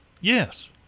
Yes